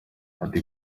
ati